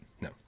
No